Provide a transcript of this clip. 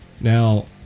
Now